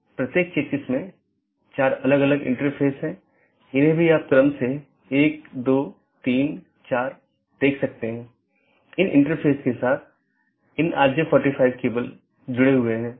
इसका मतलब है यह चीजों को इस तरह से संशोधित करता है जो कि इसके नीतियों के दायरे में है